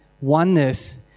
oneness